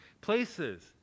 Places